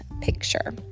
picture